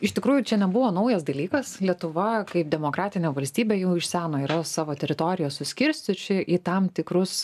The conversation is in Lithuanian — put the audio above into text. iš tikrųjų čia nebuvo naujas dalykas lietuva kaip demokratinė valstybė jau iš seno yra savo teritorijos suskirstyt čia į tam tikrus